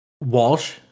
Walsh